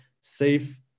safe